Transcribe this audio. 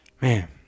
man